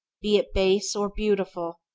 be it base or beautiful,